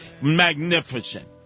Magnificent